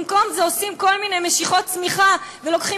במקום זה עושים כל מיני משיכות שמיכה ולוקחים